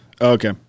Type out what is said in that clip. Okay